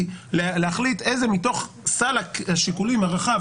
להחליט איזה מתוך סל השיקולים הרחב,